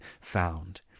found